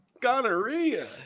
Gonorrhea